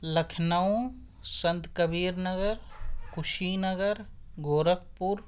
Lucknow Sant Kabir Nagar Kushinagar Gorakhpur